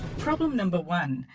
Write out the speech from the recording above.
problem no but one.